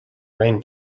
rain